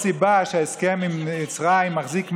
זאת הסיבה שההסכם עם מצרים מחזיק מעמד,